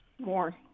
more